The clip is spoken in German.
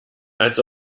als